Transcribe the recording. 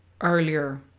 earlier